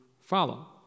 follow